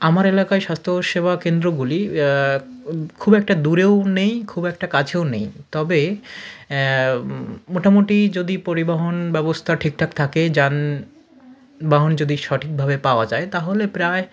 আমার এলাকায় স্বাস্থ্যসেবা কেন্দ্রগুলি খুব একটা দূরেও নেই খুব একটা কাছেও নেই তবে মোটামুটি যদি পরিবহণ ব্যবস্থা ঠিকঠাক থাকে যানবাহন যদি সঠিকভাবে পাওয়া যায় তাহলে প্রায়